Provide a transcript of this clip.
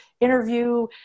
interview